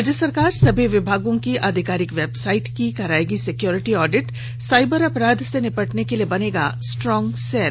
राज्य सरकार सभी विभागों की आधिकारिक वेबसाइट की कराएगी सिक्योरिटी ऑडिट साइबर अपराध से निपटने के लिए बनेगा स्ट्रांग सेल